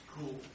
Cool